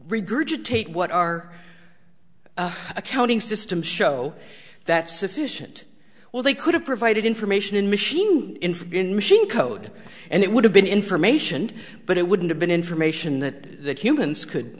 regurgitate what our accounting systems show that sufficient well they could have provided information in machine information machine code and it would have been information but it wouldn't have been information that humans could